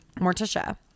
morticia